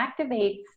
activates